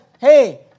hey